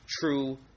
true